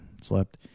slept